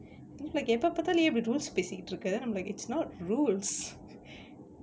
like எப்ப பாத்தாலும் ஏன் இப்டி:eppa paathalum yaen ipdi rules பேசிட்டு இருக்க:pesittu irukka and I'm like it's not rules